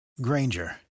Granger